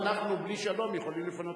האם אנחנו בלי שלום יכולים לפנות,